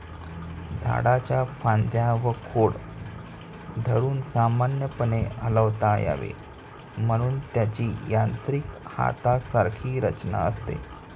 झाडाच्या फांद्या व खोड धरून सामान्यपणे हलवता यावे म्हणून त्याची यांत्रिक हातासारखी रचना असते